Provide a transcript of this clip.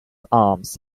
arms